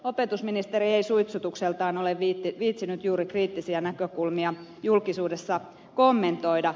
opetusministeri ei suitsutukseltaan ole viitsinyt juuri kriittisiä näkökulmia julkisuudessa kommentoida